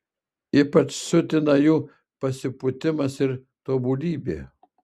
ypač siutina jų pasipūtimas ir tobulybė